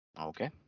Okay